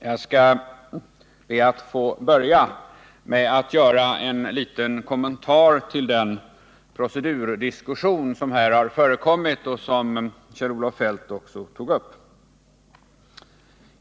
Herr talman! Jag skall be att få börja med att göra en liten kommentar till den procedurdiskussion som har förekommit och som Kjell-Olof Feldt också tog upp.